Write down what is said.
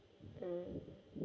um